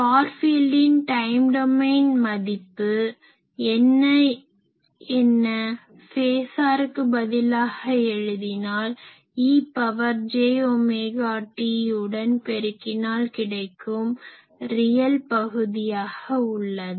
for ஃபீல்டின் time domain மதிப்பு என்ன ஃபேஸார்க்கு பதிலாக எழுதினால் e power j omega t உடன் பெருக்கினால் கிடைக்கும் ரியல் real அசல் பகுதியாக உள்ளது